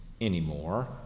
anymore